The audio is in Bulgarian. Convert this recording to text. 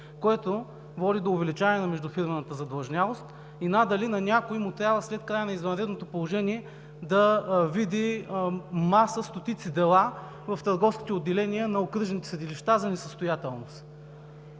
което води до увеличаване на междуфирмената задлъжнялост и надали на някой му трябва след края на извънредното положение да види маса, стотици дела в търговските отделения на окръжните съдилища за несъстоятелност.